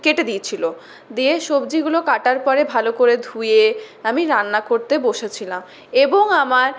কেটে দিয়েছিলো দিয়ে সবজিগুলো কাটার পরে ভালো করে ধুয়ে আমি রান্না করতে বসেছিলাম এবং আমার